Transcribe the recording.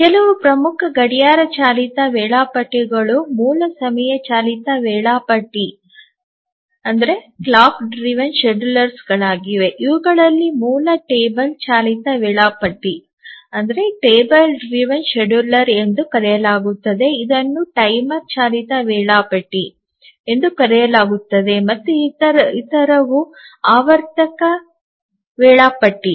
ಕೆಲವು ಪ್ರಮುಖ ಗಡಿಯಾರ ಚಾಲಿತ ವೇಳಾಪಟ್ಟಿಗಳು ಮೂಲ ಸಮಯ ಚಾಲಿತ ವೇಳಾಪಟ್ಟಿಗಳಾಗಿವೆ ಇವುಗಳನ್ನು ಮೂಲ ಟೇಬಲ್ ಚಾಲಿತ ವೇಳಾಪಟ್ಟಿ ಎಂದು ಕರೆಯಲಾಗುತ್ತದೆ ಇದನ್ನು ಟೈಮರ್ ಚಾಲಿತ ವೇಳಾಪಟ್ಟಿ ಎಂದೂ ಕರೆಯಲಾಗುತ್ತದೆ ಮತ್ತು ಇತರವು ಆವರ್ತಕ ವೇಳಾಪಟ್ಟಿ